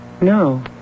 No